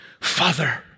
Father